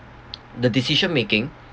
the decision making